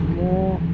more